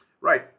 Right